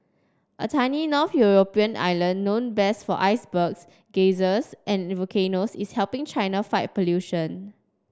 a tiny north European island known best for icebergs geysers and volcanoes is helping China fight pollution